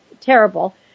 terrible